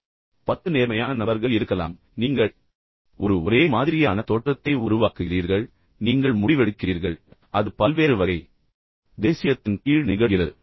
எனவே இன்னும் பத்து நேர்மையான மற்றும் நல்ல நபர்கள் இருக்கலாம் ஆனால் நீங்கள் ஒரு ஒரே மாதிரியான தோற்றத்தை உருவாக்குகிறீர்கள் பின்னர் நீங்கள் முடிவெடுக்கிறீர்கள் அது பல்வேறு வகை தேசியத்தின் கீழ் நிகழ்கிறது